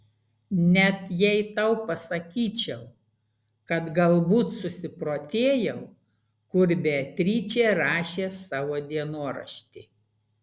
net jei tau pasakyčiau kad galbūt susiprotėjau kur beatričė rašė savo dienoraštį